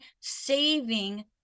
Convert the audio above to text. saving